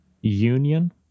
union